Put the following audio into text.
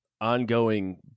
ongoing